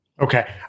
Okay